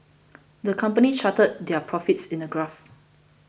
the company charted their profits in a graph